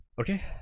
okay